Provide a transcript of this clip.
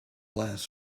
last